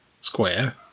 square